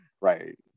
Right